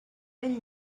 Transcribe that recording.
ben